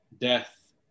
death